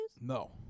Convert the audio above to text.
No